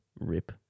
Rip